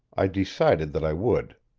i decided that i would.